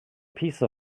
piece